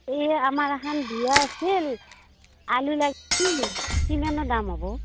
এই আমাৰ এখান বিয়া আছিল আলু লাগছিল কিমানমান দাম হ'ব